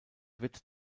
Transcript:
wird